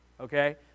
okay